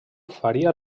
faria